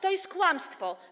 To jest kłamstwo.